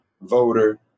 voter